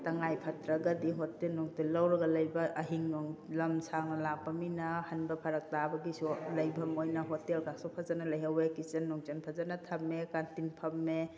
ꯇꯉꯥꯏ ꯐꯗ꯭ꯔꯒꯗꯤ ꯍꯣꯇꯦꯜ ꯅꯨꯡꯇꯦꯜ ꯂꯧꯔꯒ ꯂꯩꯕ ꯑꯍꯤꯡ ꯅꯣꯡ ꯂꯝ ꯁꯥꯡꯅ ꯂꯥꯛꯄ ꯃꯤꯅ ꯍꯟꯕ ꯐꯔꯛ ꯇꯥꯕꯒꯤꯁꯨ ꯂꯩꯐꯝ ꯑꯣꯏꯅ ꯍꯣꯇꯦꯜꯀꯁꯨ ꯐꯖꯅ ꯂꯩꯍꯧꯋꯦ ꯀꯤꯆꯟ ꯅꯨꯡꯆꯟ ꯐꯖꯅ ꯊꯝꯃꯦ ꯀꯥꯟꯇꯤꯟ ꯐꯝꯃꯦ